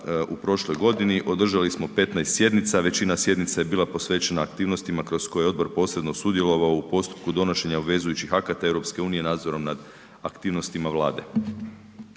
U prošloj godini održali smo 15 sjednica, većina sjednica je bila posvećena aktivnostima kroz koje je odbor posredno sudjelovao u postupku donošenja obvezujućih akata EU nadzorom nad aktivnostima Vlade.